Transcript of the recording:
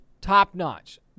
top-notch